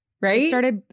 Right